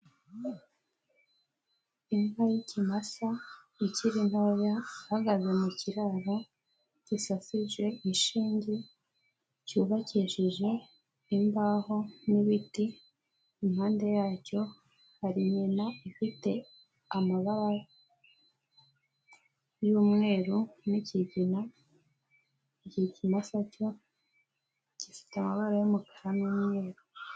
Inka y'ikimasa ikiri ntoya, ihagaze mu kiraro gisasije ishinge, cyubakishije imbaho n'ibiti, impande yacyo hari nyina ifite amababa y'umweru n'ikigina, icyo kimasa cyo gifite amabara y'umukara n'umweru.